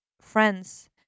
friends